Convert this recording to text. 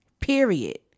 period